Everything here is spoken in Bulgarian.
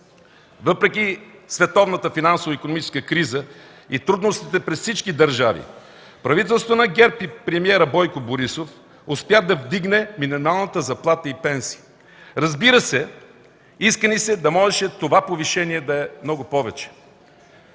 Въпреки световната финансово-икономическа криза и трудностите пред всички държави, правителството на ГЕРБ и премиерът Бойко Борисов успя да вдигне минималната заплата и пенсия. Разбира се, иска ни се да можеше това повишение да е много повече,